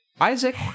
Isaac